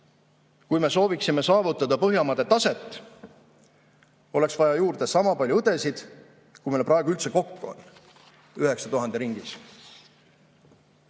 Kui me sooviksime saavutada Põhjamaade taset, oleks vaja juurde sama palju õdesid, kui meil praegu üldse kokku on – 9000 ringis.